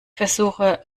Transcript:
versuche